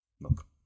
Look